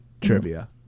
trivia